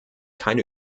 keine